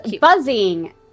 buzzing